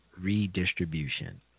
redistribution